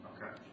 Okay